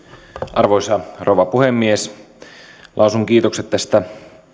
arvoisa rouva puhemies lausun kiitokset tästä